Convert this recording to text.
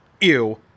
Ew